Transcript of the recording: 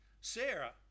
Sarah